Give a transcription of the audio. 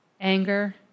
anger